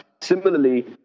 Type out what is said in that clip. Similarly